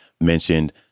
mentioned